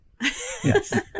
Yes